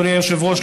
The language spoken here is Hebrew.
אדוני היושב-ראש,